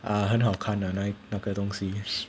啊很好看的那那个东西